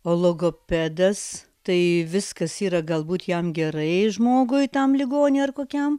o logopedas tai viskas yra galbūt jam gerai žmogui tam ligoniui ar kokiam